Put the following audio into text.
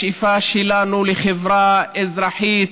השאיפה שלנו היא לחברה אזרחית,